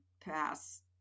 pass